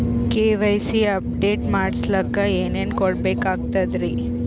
KYC update ಮಾಡಸ್ಲಕ ಏನೇನ ಕೊಡಬೇಕಾಗ್ತದ್ರಿ?